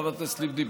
חברת הכנסת לבני,